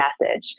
message